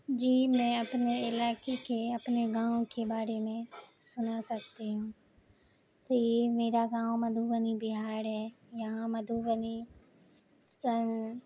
جی میں اپنے علاقے کے اپنے گاؤں کے بارے میں سنا سکتی ہوں تو یہ میرا گاؤں مدھوبنی بہار ہے یہاں مدھوبنی سن